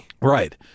Right